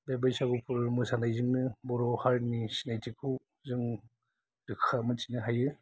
बे बैसागुफोर मोसानायजोंनो बर' हारिनि सिनायथिखौ जों रोखा मिन्थिनो हायो